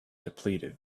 depleted